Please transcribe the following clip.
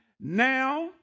Now